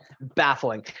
baffling